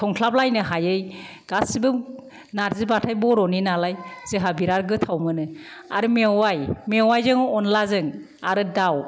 संस्लाब लायनो हायै गासिबो नार्जि बाथाय बर'नि नालाय जोंहा बिराद गोथाव मोनो आरो मेवाइ मेवाइजों अनलाजों आरो दाउ